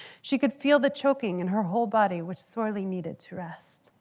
she could feel the choking in her whole body which sorely needed to rest.